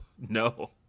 No